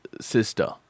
sister